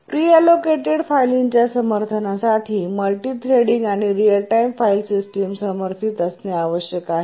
pre allocated फायलींच्या समर्थनासाठी multi threading आणि रीअल टाइम फाइल सिस्टम समर्थित असणे आवश्यक आहे